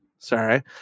Sorry